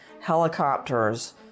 helicopters